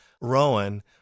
Rowan